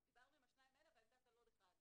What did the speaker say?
דיברנו עם השניים האלה אבל אני יודעת על עוד אחד.